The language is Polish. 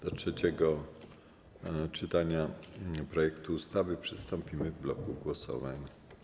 Do trzeciego czytania projektu ustawy przystąpimy w bloku głosowań.